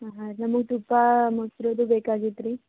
ಹಾಂ ನಮುಗೆ ತುಪ್ಪ ಮೊಸ್ರದ್ದು ಬೇಕಾಗಿತ್ತು ರೀ